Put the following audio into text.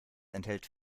enthält